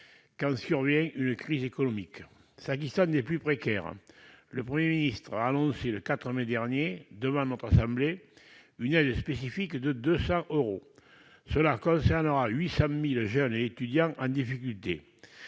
quand survient une crise économique. Pour les plus précaires, le Premier ministre a annoncé le 4 mai dernier devant notre assemblée une aide spécifique de 200 euros, laquelle concernera 800 000 jeunes et étudiants en difficulté.